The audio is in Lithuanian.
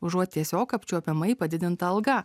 užuot tiesiog apčiuopiamai padidinta alga